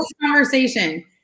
conversation